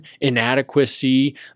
inadequacy